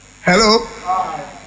Hello